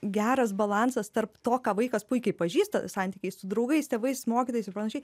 geras balansas tarp to ką vaikas puikiai pažįsta santykiai su draugais tėvais mokytojais ir panašiai